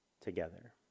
together